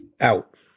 out